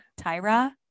Tyra